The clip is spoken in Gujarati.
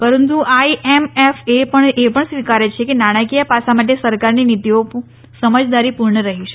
પરંતુ આઇએમએફ એ પણ સ્વીકારે છે કે નાણાંકીય પાસા માટે સરકારની નીતીઓ સમજદારીપુર્ણ રહી છે